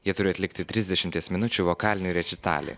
jie turi atlikti trisdešimties minučių vokalinį rečitalį